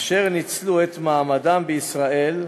אשר ניצלו את מעמדם בישראל,